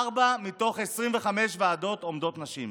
בארבע מתוך 25 ועדות עומדות נשים.